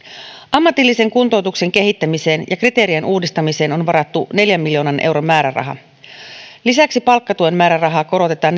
ammatillisen kuntoutuksen kehittämiseen ja kriteerien uudistamiseen on varattu neljän miljoonan euron määräraha lisäksi palkkatuen määrärahaa korotetaan